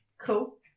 Cool